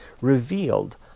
revealed